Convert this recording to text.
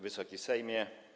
Wysoki Sejmie!